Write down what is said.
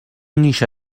نیشت